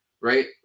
Right